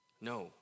No